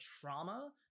trauma